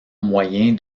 moyen